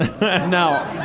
No